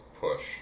push